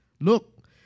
look